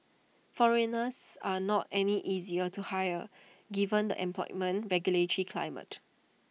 foreigners are not any easier to hire given the employment regulatory climate